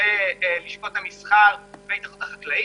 לשכות המסחר והתאחדות החקלאים,